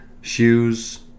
shoes